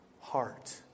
heart